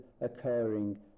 occurring